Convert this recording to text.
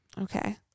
Okay